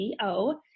Co